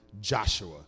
Joshua